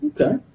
Okay